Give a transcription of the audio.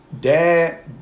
dad